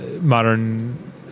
modern